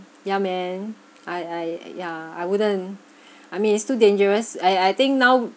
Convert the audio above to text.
ya man I I yeah I wouldn't I mean it's too dangerous I I think now